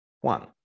one